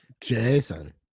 Jason